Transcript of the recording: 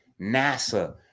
NASA